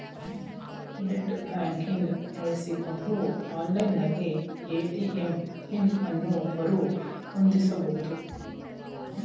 net banking ಬಳಸಿಕೊಂಡು online ನಲ್ಲಿ ATM PIN ಅನ್ನು ಮರು ಹೊಂದಿಸಬಹುದು